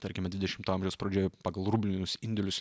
tarkime dvidešimto amžiaus pradžioj pagal rublinius indėlius